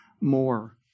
more